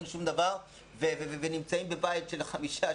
אין שום דבר והם נמצאים בבית של חמישה,